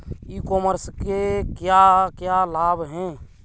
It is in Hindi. ई कॉमर्स के क्या क्या लाभ हैं?